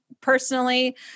personally